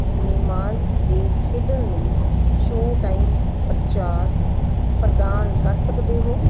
cinemas 'ਤੇ ਖੇਡਣ ਲਈ ਸ਼ੋਅ ਟਾਈਮ ਪ੍ਰਚਾਰ ਪ੍ਰਦਾਨ ਕਰ ਸਕਦੇ ਹੋ